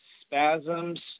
spasms